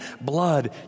blood